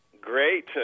Great